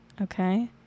Okay